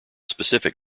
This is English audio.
specific